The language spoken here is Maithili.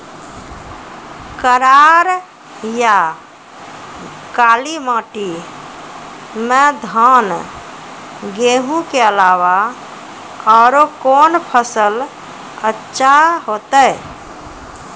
करार या काली माटी म धान, गेहूँ के अलावा औरो कोन फसल अचछा होतै?